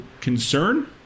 concern